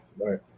right